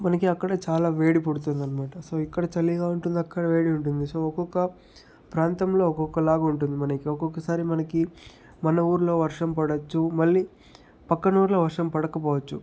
మనకి అక్కడ చాలా వేడి పుడుతుందనమాట సో ఇక్కడ చలిగా ఉంటుంది అక్కడ వేడిగా ఉంటుంది సో ఒక్కొక్క ప్రాంతంలో ఒక్కొక్క లాగా ఉంటుంది మనకి ఒక్కొక్క సారి మనకి మన ఊరిలో వర్షం పడొచ్చు మళ్ళీ పక్కన ఊరిలో వర్షం పడకపోవచ్చు